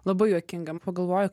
labai juokinga pagalvoju